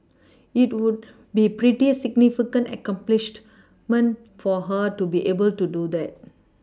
it would be a pretty significant accomplishment for her to be able to do that